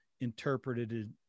interpreted